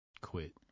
quit